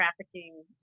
trafficking